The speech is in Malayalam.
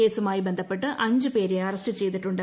കേസുമായി ബന്ധപ്പെട്ട് അഞ്ച്പേരെ അറസ്റ്റ് ചെയ്തിട്ടുണ്ട്